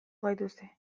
gaituzte